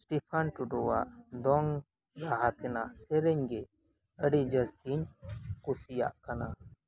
Stephen Tudu ᱟᱜ ᱫᱚᱝ ᱨᱟᱦᱟ ᱛᱮᱱᱟᱜ ᱥᱮᱨᱮᱧ ᱜᱮ ᱟᱹᱰᱤ ᱡᱟᱹᱥᱛᱤᱧ ᱠᱩᱥᱤᱭᱟᱜ ᱠᱟᱱᱟ